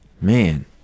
man